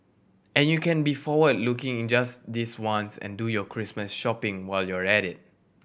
and you can be forward looking in just this once and do your Christmas shopping while you're at it